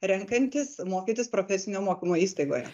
renkantis mokytis profesinio mokymo įstaigoje